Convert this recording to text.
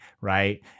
right